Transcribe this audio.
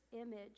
image